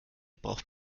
braucht